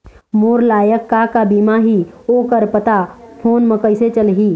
मोर लायक का का बीमा ही ओ कर पता फ़ोन म कइसे चलही?